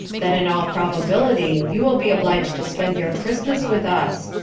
that, in all probability, you will be obliged to spend your christmas with us.